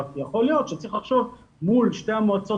רק יכול להיות שצריך לחשוב מול שתי המועצות